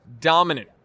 dominant